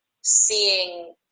seeing